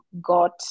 got